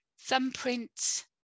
thumbprint